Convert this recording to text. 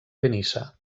benissa